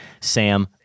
Sam